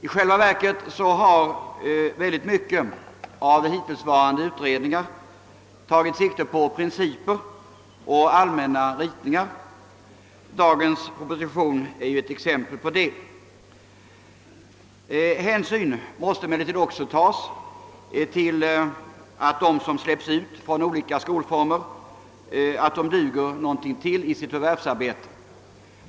I själva verket har synnerligen mycket av hittillsvarande utredningar tagit sikte på principer och allmänna ritningar, dagens proposition är ju ett exempel på det. Hänsyn måste emellertid också tas till att de som släpps ut från olika skolformer duger någonting till i sitt förvärvsarbete.